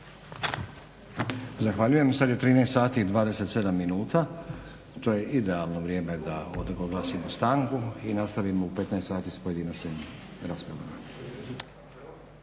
Zahvaljujem. Sada je 13,27 sati, to je idealno vrijeme da oglasimo stanku i nastavimo u 15,00 sati s pojedinačnim raspravama.